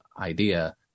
idea